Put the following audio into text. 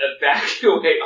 evacuate